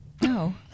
No